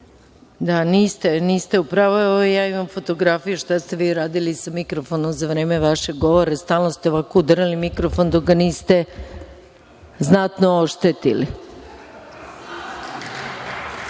Niste u pravu. Evo, ja imam fotografiju šta ste vi radili sa mikrofonom za vreme vašeg govora. Stalno ste udarali mikrofon dok ga niste znatno oštetili.